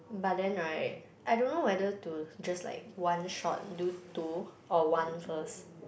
but then right I don't know whether to just like one shot do two or one first